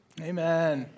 Amen